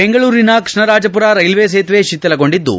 ಬೆಂಗಳೂರಿನ ಕೃಷ್ಣರಾಜಪುರ ರೈಲ್ವೆ ಸೇತುವೆ ಶಿಥಿಲಗೊಂಡಿದ್ದು